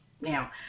Now